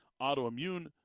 autoimmune